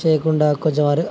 చేయకుండా కొంచెం వారు